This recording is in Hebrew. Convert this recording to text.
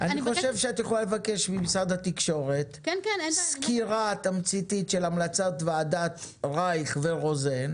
יכולה לבקש ממשרד התקשורת סקירה תמציתית של המלצת ועדת רייך ורוזן,